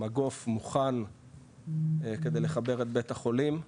מגוף מוכן כדי לחבר את בית החולים,